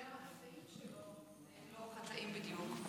כי גם החטאים שלו הם לא חטאים בדיוק.